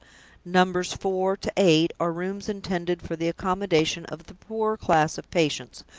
numbers four to eight are rooms intended for the accommodation of the poorer class of patients,